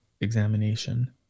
examination